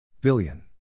billion